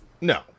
No